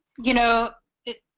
you know it's